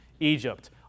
Egypt